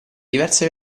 diverse